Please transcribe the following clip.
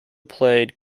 played